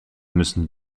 müssen